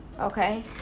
okay